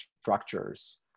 structures